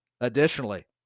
additionally